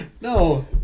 No